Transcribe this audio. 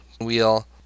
wheel